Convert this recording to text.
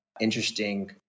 interesting